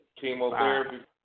Chemotherapy